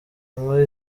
inkuru